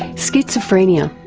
schizophrenia.